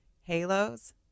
Halos